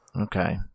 Okay